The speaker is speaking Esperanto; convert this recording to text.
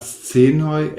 scenoj